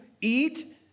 eat